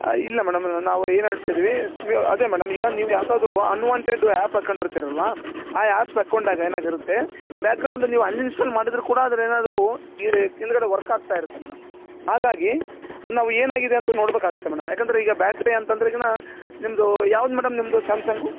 ಹಾಂ ಇಲ್ಲ ಮೇಡಮ್ ನಾವು ಏನು ಹೇಳ್ತಯಿದ್ವಿ ಅದೆ ಮೇಡಮ್ ನೀವು ಈಗ ಯಾವುದಾದ್ರು ಅನ್ವಾಂಟೆಡ್ ಆ್ಯಪ್ ಹಾಕೊಂಡು ಇರ್ತಿರಲ್ವಾ ಆ ಆ್ಯಪ್ಸ್ ಹಾಕ್ಕೊಂಡಾಗ ಏನಾಗಿರುತ್ತೆ ಬ್ಯಾಕ್ಗ್ರೌಂಡ್ ನೀವು ಅನ್ಇನ್ಸ್ಟಾಲ್ ಮಾಡಿದರು ಕೂಡ ಅದ್ರಲ್ಲಿ ಏನಾದರು ಹಿಂದಗಡೆ ವರ್ಕ್ ಆಗ್ತಯಿರುತ್ತೆ ಮೇಡಮ್ ಹಾಗಾಗಿ ಅಲ್ಲಿ ನಾವು ಏನಾಗಿದೆ ಅಂತ ನೋಡಬೇಕಾಗತ್ತೆ ಮೇಡಮ್ ಯಾಕೆಂದ್ರೆ ಈಗ ಬ್ಯಾಟ್ರಿ ಅಂತಂದ್ರೆ ಈಗಿನ ನಿಮ್ಮದು ಯಾವ್ದು ಮೇಡಮ್ ನಿಮ್ಮದು ಸ್ಯಾಮ್ಸಾಂಗು